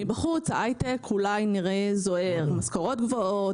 מבחוץ ההיי-טק אולי נראה זוהר משכורות גבוהות,